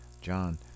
John